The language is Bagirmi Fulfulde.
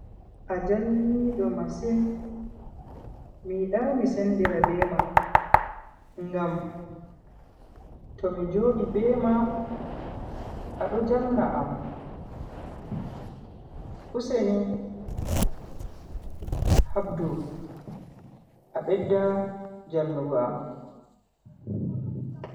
A jalniido masin, mi yida mi sendira bema. Ngam tomi jodi be ma ado jalna am, useni habdu a bedda jalnugo am.